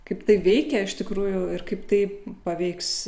kaip tai veikia iš tikrųjų ir kaip tai paveiks